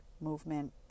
movement